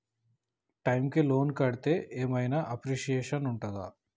Time కి loan కడ్తే ఏం ఐనా అప్రిషియేషన్ ఉంటదా?